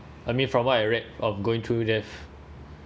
I mean from what I read of going through death